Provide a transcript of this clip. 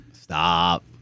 Stop